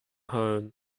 home